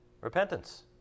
Repentance